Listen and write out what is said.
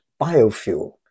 biofuel